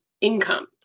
income